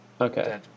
Okay